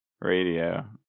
radio